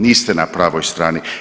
Niste na pravoj strani.